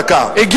דקה.